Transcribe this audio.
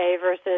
versus